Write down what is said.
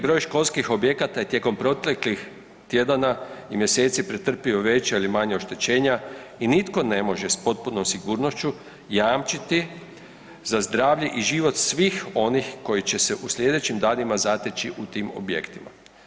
broj školskih objekata je tijekom proteklih tjedana i mjeseci pretrpio veća oštećenja i nitko ne može s potpunom sigurnošću jamčiti za zdravlje i život svih onih koji će se u sljedećim danima zateći u tim objektima.